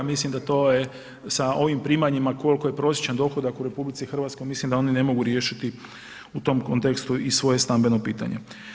Mislim da to je sa ovim primanjima kolko je prosječan dohodak u RH mislim da oni ne mogu riješiti u tom kontekstu i svoje stambeno pitanje.